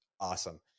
awesome